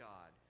God